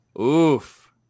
Oof